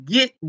Get